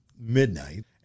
midnight